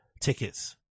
tickets